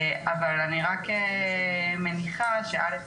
אבל אני רק מניחה שא',